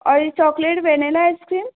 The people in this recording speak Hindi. और ये चॉकलेट वेनिला आइसक्रीम